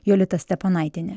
jolita steponaitienė